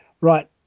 right